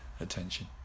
attention